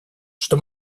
что